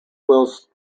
whilst